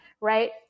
right